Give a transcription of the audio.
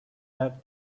back